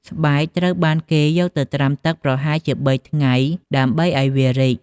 ស្បែកត្រូវបានគេយកទៅត្រាំទឹកប្រហែលជា ៣ ថ្ងៃ ដើម្បីឱ្យវារីក។